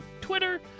Twitter